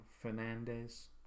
Fernandez